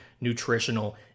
nutritional